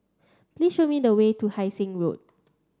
please show me the way to Hai Sing Road